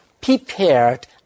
Prepared